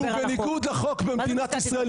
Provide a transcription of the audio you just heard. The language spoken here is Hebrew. שהוא בניגוד לחוק במדינת ישראל,